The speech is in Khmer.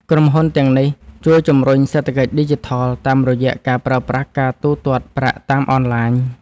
ក្រុមហ៊ុនទាំងនេះជួយជំរុញសេដ្ឋកិច្ចឌីជីថល តាមរយៈការប្រើប្រាស់ការទូទាត់ប្រាក់តាមអនឡាញ។